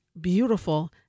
beautiful